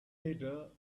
later